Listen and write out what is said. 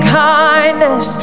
kindness